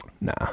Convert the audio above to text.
Nah